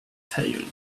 failed